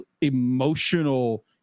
emotional